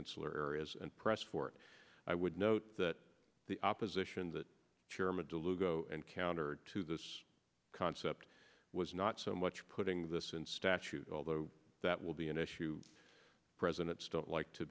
insular areas and press for i would note that the opposition that chairman delude go and counter to this concept was not so much putting this in statute although that will be an issue presidents don't like to